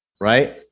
right